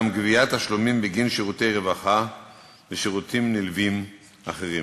גם גביית תשלומים בגין שירותי רווחה ושירותים נלווים אחרים,